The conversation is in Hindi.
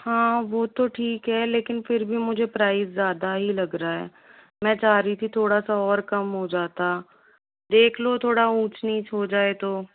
हाँ वो तो ठीक है लेकिन फिर भी मुझे प्राइज़ ज़्यादा ही लग रहा है मैं चाह रही थी थोड़ा सा और कम हो जाता देख लो थोड़ा ऊंच नीच हो जाए तो